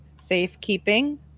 safekeeping